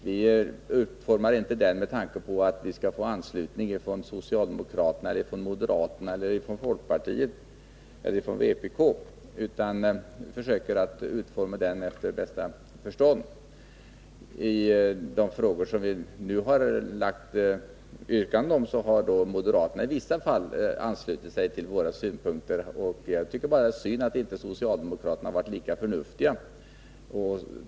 Vi utformar den inte med tanke på att den skall få anslutning från socialdemokraterna, moderaterna, folkpartiet eller vpk, utan vi försöker utforma den efter bästa förstånd. I de frågor där vi framställt yrkanden har moderaterna i vissa fall anslutit sig till våra synpunkter. Jag tycker bara att det är synd att socialdemokraterna inte varit lika förnuftiga.